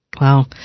Wow